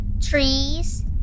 trees